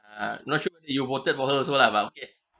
uh not sure you voted for her also lah but okay